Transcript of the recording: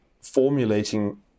formulating